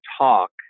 talk